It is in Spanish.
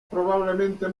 probablemente